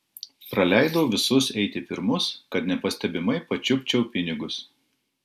praleidau visus eiti pirmus kad nepastebimai pačiupčiau pinigus